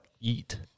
eat